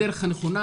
בדרך הנכונה.